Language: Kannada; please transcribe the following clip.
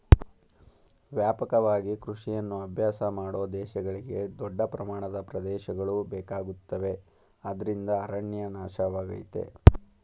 ವ್ಯಾಪಕವಾದ ಕೃಷಿಯನ್ನು ಅಭ್ಯಾಸ ಮಾಡೋ ದೇಶಗಳಿಗೆ ದೊಡ್ಡ ಪ್ರಮಾಣದ ಪ್ರದೇಶಗಳು ಬೇಕಾಗುತ್ತವೆ ಅದ್ರಿಂದ ಅರಣ್ಯ ನಾಶವಾಗಯ್ತೆ